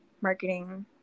marketing